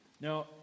Now